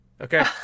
Okay